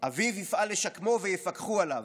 אביו יפעל לשקמו, ויפקחו עליו.